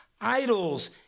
Idols